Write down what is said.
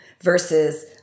versus